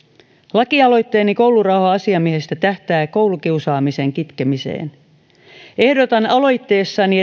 lakialoitteeni koulurauha asiamiehestä tähtää koulukiusaamisen kitkemiseen ehdotan aloitteessani